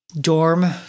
dorm